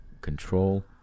control